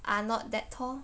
are not that tall